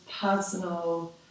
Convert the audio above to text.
personal